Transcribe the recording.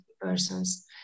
persons